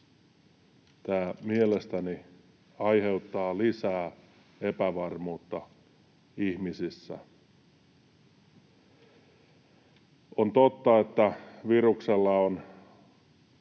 Tämä mielestäni aiheuttaa lisää epävarmuutta ihmisissä. On totta, että viruksella on